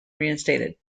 reinstated